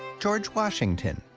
george washington.